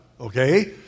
okay